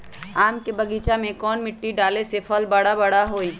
आम के बगीचा में कौन मिट्टी डाले से फल बारा बारा होई?